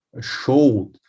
showed